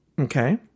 okay